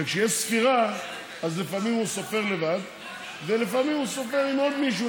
וכשישי ספירה לפעמים הוא סופר לבד ולפעמים הוא סופר עם עוד מישהו,